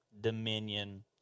dominion